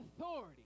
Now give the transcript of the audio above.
authority